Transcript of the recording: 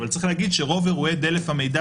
אבל צריך להגיד שרוב אירועי דלף המידע